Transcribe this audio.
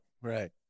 Right